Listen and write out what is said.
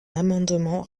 amendement